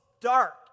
dark